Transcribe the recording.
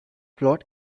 plot